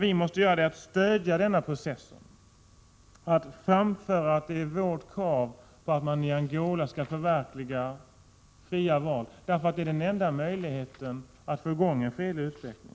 Vi måste stödja denna process och framföra att det är vårt krav att man i Angola skall förverkliga fria val. Det är den enda Prot. 1987/88:122 möjligheten att få i gång en fredlig utveckling.